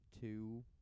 Two